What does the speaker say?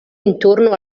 intorno